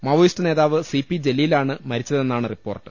Maoist നേതാവ് C P ജലീലാണ് മരിച്ചതെന്നാണ് റിപ്പോർട്ട്